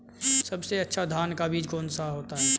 सबसे अच्छा धान का बीज कौन सा होता है?